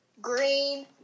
green